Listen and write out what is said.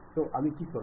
তো আমি কী করব